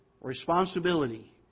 responsibility